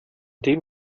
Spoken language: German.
dem